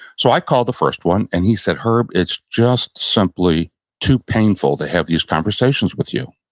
so i called the first one and he said, herb, it's just simply too painful to have these conversations with you.